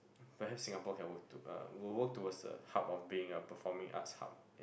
perhaps Singapore can work to uh we will work towards a hub of being a performing arts hub